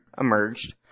emerged